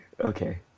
Okay